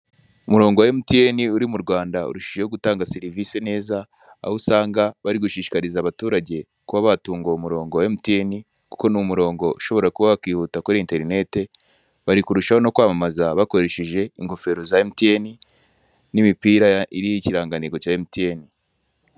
Umurongo wa emutiyene uri mu Rwanda, urushijeho gutanga serivise neza, aho usanga bari gushishikariza abaturage kuba batunga uwo murongo wa emutiyeni, kuko ni umurongo ushobora kuba wakwihuta kuri enterinetei, bari kurushaho kwamamaza bakoresheje ingofero za emutiyene n'imipira iriho ikirangantego cya emutiyene.